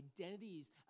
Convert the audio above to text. identities